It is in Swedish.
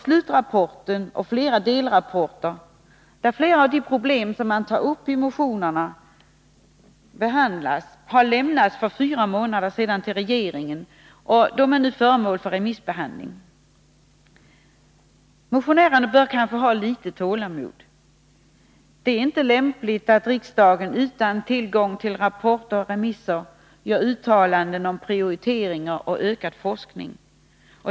Slutrapporten samt flera delrapporter, där många av de problem som tas upp i motionerna behandlas, lämnades till regeringen för fyra månader sedan, och rapporterna är nu föremål för remissbehandling. Motionärerna bör kanske därför ha litet tålamod. Det är inte lämpligt att riksdagen utan tillgång till rapporter och remissvar gör uttalanden om prioriteringar och ökad forskning.